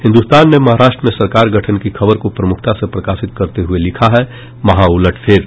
हिन्दुस्तार ने महाराष्ट्र में सरकार गठन की खबर को प्रमुखता से प्रकाशित करते हुये लिखा है महा उलट फेर